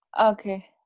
Okay